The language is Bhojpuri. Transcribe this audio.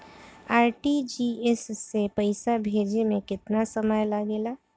आर.टी.जी.एस से पैसा भेजे में केतना समय लगे ला?